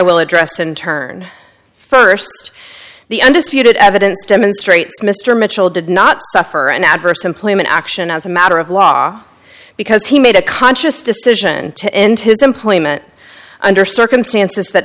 will address in turn first the undisputed evidence demonstrates mr mitchell did not suffer an adverse employment action as a matter of law because he made a conscious decision to end his employment under circumstances that